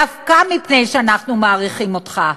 דווקא מפני שאנחנו מעריכים אותך,